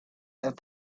and